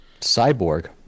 Cyborg